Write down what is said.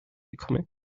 bekommen